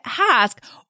ask